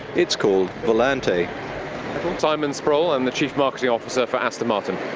it's called volante. i'm simon sproule, i'm the chief marketing officer for aston martin.